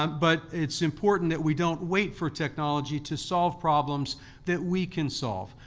um but it's important that we don't wait for technology to solve problems that we can solve.